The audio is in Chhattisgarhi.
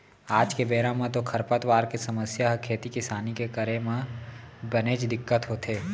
आज के बेरा म तो खरपतवार के समस्या ह खेती किसानी के करे म बनेच दिक्कत होथे